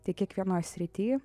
tai kiekvienoje srityje